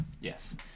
Yes